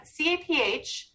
CAPH